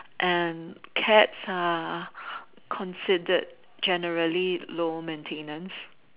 and cats are considered generally low maintenance